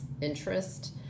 interest